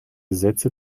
sätze